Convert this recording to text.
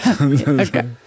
Okay